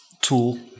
tool